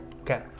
Okay